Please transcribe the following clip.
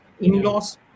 in-laws